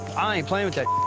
i ain't playing with that